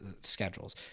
schedules